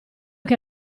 che